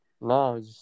No